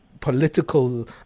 political